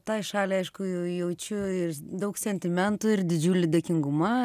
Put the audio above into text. tai šaliai aišku ju jaučiu ir daug sentimentų ir didžiulį dėkingumą